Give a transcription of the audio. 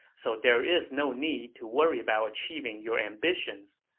so there is no need to worry about achieving your ambitions.